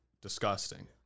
disgusting